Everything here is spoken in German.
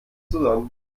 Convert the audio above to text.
zusammen